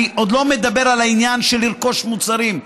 אני עוד לא מדבר על העניין של לרכוש מוצרים,